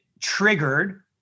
triggered